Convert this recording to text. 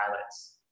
pilots